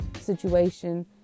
situation